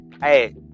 hey